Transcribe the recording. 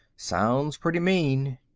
sounds pretty mean.